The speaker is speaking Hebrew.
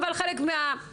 אבל חלק מהרפורמות,